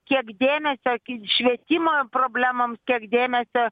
kiek dėmesio aki švietimo problemoms kiek dėmesio